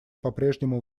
попрежнему